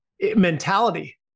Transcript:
mentality